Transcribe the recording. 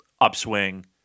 upswing